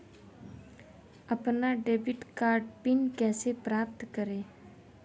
अपना debit card PIN कैसे प्राप्त करें?